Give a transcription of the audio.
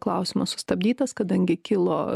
klausimas sustabdytas kadangi kilo